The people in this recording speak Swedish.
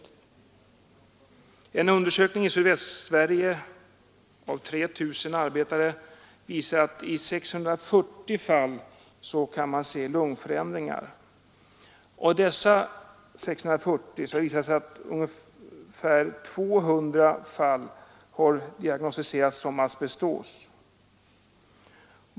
En undersökning i Sydvästsverige av 3 000 arbetare visar lungförändringar i 640 fall. Av dessa 640 kan 200 fall diagnostiseras som asbestos.